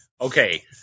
okay